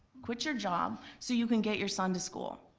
quit your job so you can get your sone to school.